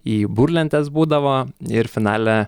į burlentes būdavo ir finale